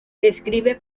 escribe